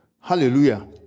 Hallelujah